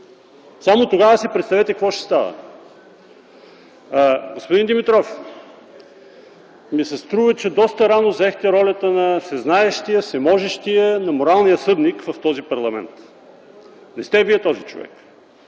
Само си представете какво ще става тогава! Господин Димитров, струва ми се, че доста рано заехте ролята на всезнаещия, всеможещия, на моралния съдник в този парламент. Не сте Вие този човек!